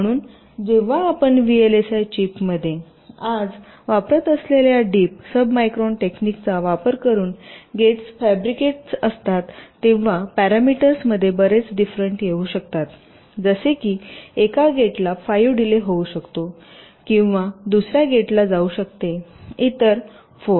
म्हणून जेव्हा आपण व्हीएलएसआय चिपमध्ये आज वापरत असलेल्या डिप सबमायक्रॉन टेक्निकचा वापर करून गेट्स फॅब्रिकेट असतात तेव्हा पॅरामीटर्समध्ये बरेच डिफरंट येऊ शकतात जसे की एका गेटला 5 डीले होऊ शकतो किंवा दुसर्या गेटला जाऊ शकते इतर 4